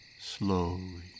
slowly